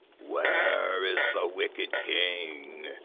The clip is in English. where is the wicked king?